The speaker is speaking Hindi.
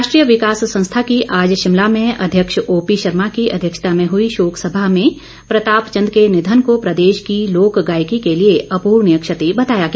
राष्ट्रीय विकास संस्था की आज शिमला में अध्यक्ष ओपी शर्मा की अध्यक्षता में हई शोक सभा में प्रताप चंद के निधन को प्रदेश की लोक गायकी के लिए अपूर्णीय क्षति बताया गया